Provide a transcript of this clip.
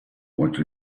once